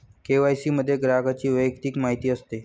KYC मध्ये ग्राहकाची वैयक्तिक माहिती असते